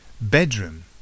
Bedroom